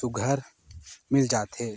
सुग्घर मिल जाथे